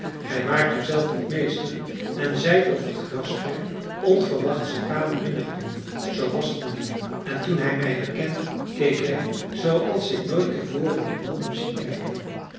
gij waart u zelf niet meester en zijt over het grasperk onverwachts de kamer binnengedrongen zoo was het mijnheer en toen hij mij herkende keek hij zooals ik nooit te voren een man heb zien kijken